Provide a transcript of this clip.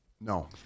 No